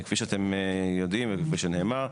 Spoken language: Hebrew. כפי שאתם יודעים וכפי שנאמר,